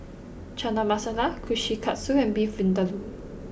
Chana Masala Kushikatsu and Beef Vindaloo